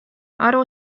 aru